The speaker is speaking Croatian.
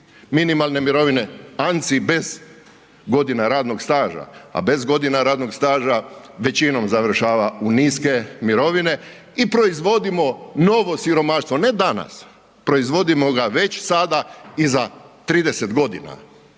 se ne razumije./... bez godina radnog staža a bez godina radnog staža, većinom završava u niske mirovine i proizvodimo novo siromaštvo. Ne danas, proizvodimo ga već sada i za 30 g.